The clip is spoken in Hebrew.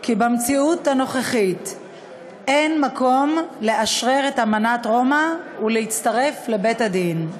כי במציאות כיום אין מקום לאשרר את אמנת רומא ולהצטרף לבית-הדין.